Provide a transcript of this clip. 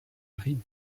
aride